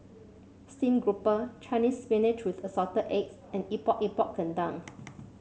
stream grouper Chinese Spinach with Assorted Eggs and Epok Epok Kentang